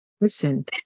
listen